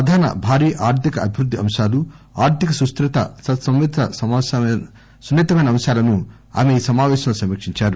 ప్రధాన భారీ ఆర్థిక అభివృద్ధి అంశాలు ఆర్థిక సుస్టిరత తత్సంబంధిత సున్నితమైన అంశాలను ఆమె ఈ సమాపేశంలో సమీకించారు